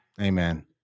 Amen